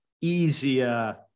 easier